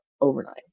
overnight